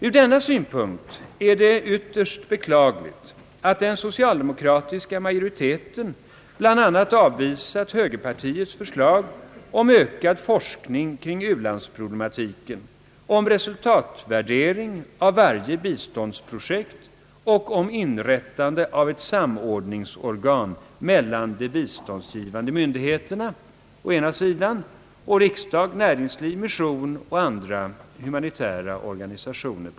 Från denna synpunkt är det ytterst beklagligt att den socialdemokratiska majoriteten avvisat högerpartiets förslag om ökad forskning kring u-landsproblematiken, om resultatvärdering av varje biståndsprojekt och om inrättande av ett samordningsorgan mellan de biståndsgivande myndigheterna, riksdag, näringsliv, mission och andra humanitära organisationer.